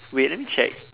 wait let me check